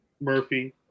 Murphy